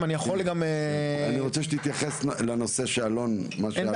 אני רוצה שתתייחס לנושא מה שאלון.